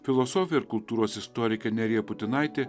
filosofė ir kultūros istorikė nerija putinaitė